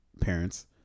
parents